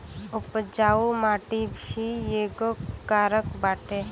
उपजाऊ माटी भी एगो कारक बाटे